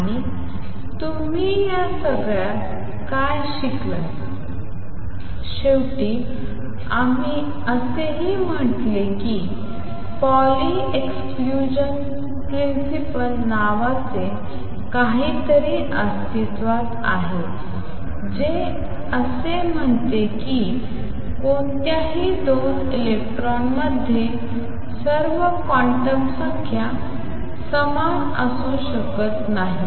आणि तुम्ही या सगळ्यात काय शिकलात आणि शेवटी आम्ही असेही म्हटले की पॉली एक्सक्लुजन प्रिन्सिपल नावाचे काहीतरी अस्तित्वात आहे जे असे म्हणते की कोणत्याही 2 इलेक्ट्रॉनमध्ये सर्व क्वांटम संख्या समान असू शकत नाहीत